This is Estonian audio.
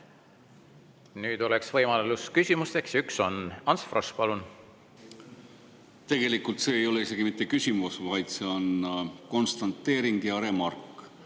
Nüüd on võimalus küsimusteks. Üks soov on. Ants Frosch, palun! Tegelikult see ei ole isegi mitte küsimus, vaid see on konstateering ja remark.